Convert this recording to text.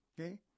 okay